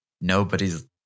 nobody's